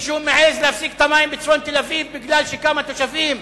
מישהו מעז להפסיק את המים בצפון תל-אביב מפני שכמה תושבים